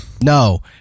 no